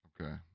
okay